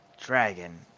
dragon